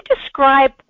describe